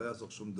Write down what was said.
לא יעזור שום דבר.